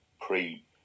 pre